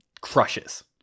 crushes